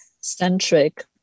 centric